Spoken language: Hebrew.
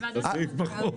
הסעיף בחוק.